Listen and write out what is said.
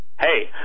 Hey